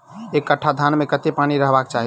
एक कट्ठा धान मे कत्ते पानि रहबाक चाहि?